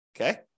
Okay